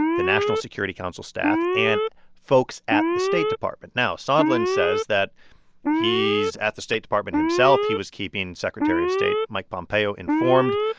the national security council staff and folks at the state department. now, sondland says that he's at the state department himself. he was keeping secretary of state mike pompeo informed.